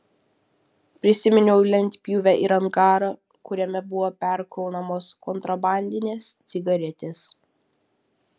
prisiminiau lentpjūvę ir angarą kuriame buvo perkraunamos kontrabandinės cigaretės